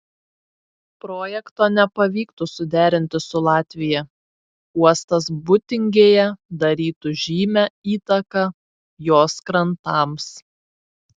projekto nepavyktų suderinti su latvija uostas būtingėje darytų žymią įtaką jos krantams